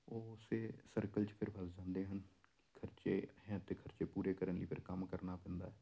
ਉਹ ਉਸੇ ਸਰਕਲ 'ਚ ਫਿਰ ਫਸ ਜਾਂਦੇ ਹਨ ਖ਼ਰਚੇ ਹੈ ਤਾਂ ਖ਼ਰਚੇ ਪੂਰੇ ਕਰਨ ਲਈ ਫਿਰ ਕੰਮ ਕਰਨਾ ਪੈਂਦਾ